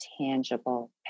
tangible